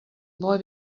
boy